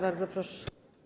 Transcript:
Bardzo proszę.